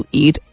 eat